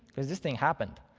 because this thing happened.